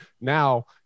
now